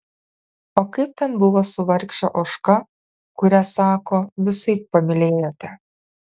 o kaip ten buvo su vargše ožka kurią sako visaip pamylėjote